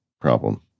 problem